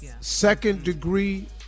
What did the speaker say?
Second-degree